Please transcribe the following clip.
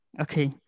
Okay